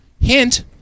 Hint